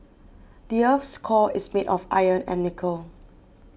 the earth's core is made of iron and nickel